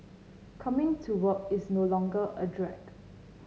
coming to work is no longer a drag